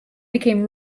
became